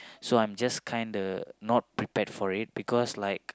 so I'm just kind of not prepared for it because like